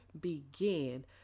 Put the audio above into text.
begin